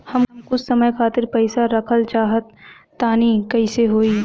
हम कुछ समय खातिर पईसा रखल चाह तानि कइसे होई?